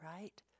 right